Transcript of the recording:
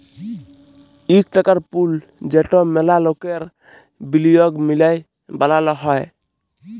ইক টাকার পুল যেট ম্যালা লকের বিলিয়গ মিলায় বালাল হ্যয়